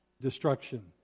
destruction